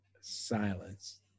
silence